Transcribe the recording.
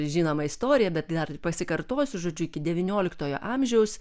žinoma istorija bet dar pasikartosiu žodžiu iki devynioliktojo amžiaus